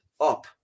Up